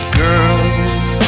girls